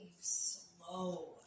slow